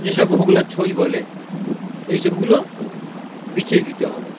যেসব হোগলার ছই বলে এইসবগুলো বিছিয়ে দিতে হবে